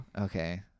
Okay